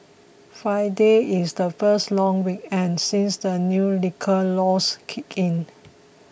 Friday is the first long weekend since the new liquor laws kicked in